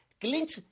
clinch